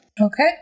Okay